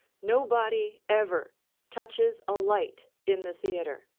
nobody ever touches a light in the theatre.